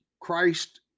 Christ